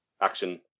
action